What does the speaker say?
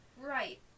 right